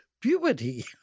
puberty